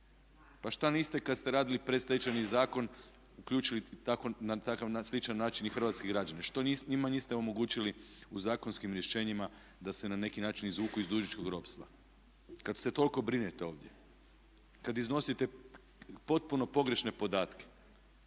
Pa šta niste kad ste radili predstečajni zakon uključili na takav sličan način i hrvatske građane. Što njima niste omogućili u zakonskim rješenjima da se na neki način izvuku iz dužničkog ropstva kad se toliko brinete ovdje, kad iznosite potpuno pogrešne podatke.